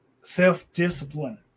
self-discipline